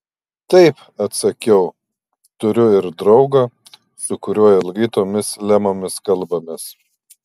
taip atsakiau turiu ir draugą su kuriuo ilgai tomis lemomis kalbamės